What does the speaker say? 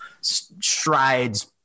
strides